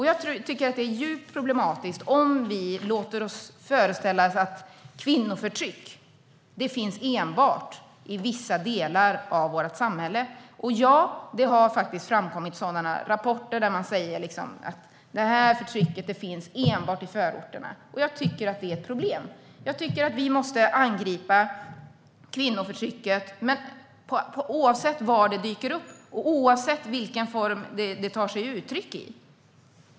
Jag tycker att det är djupt problematiskt om vi låter oss föreställas att kvinnoförtryck enbart finns i vissa delar av vårt samhälle. Ja, det har faktiskt framkommit rapporter där man säger att det här förtrycket enbart finns i förorterna, och jag tycker att det är ett problem. Jag tycker att vi måste angripa kvinnoförtrycket oavsett var det dyker upp och oavsett i vilken form det tar sig uttryck.